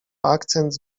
akcent